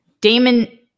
Damon